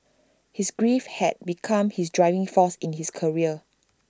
his grief had become his driving force in his career